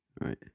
Right